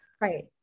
Right